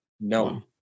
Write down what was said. No